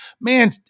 Man